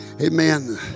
Amen